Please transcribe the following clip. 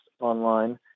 online